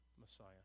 Messiah